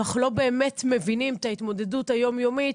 אנחנו לא באמת מבינים את ההתמודדות היום-יומית,